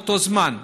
באותו זמן,